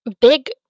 big